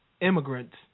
immigrants